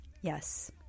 Yes